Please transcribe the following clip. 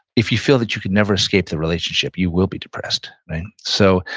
if you feel that you could never escape the relationship, you will be depressed, right? so,